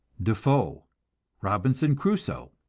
de foe robinson crusoe.